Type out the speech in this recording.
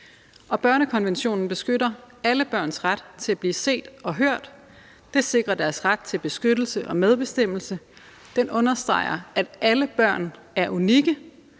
Og børnekonventionen beskytter alle børns ret til at blive set og hørt; den sikrer deres ret til beskyttelse og medbestemmelse; den understreger, at alle børn er unikke,